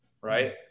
right